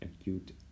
acute